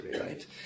right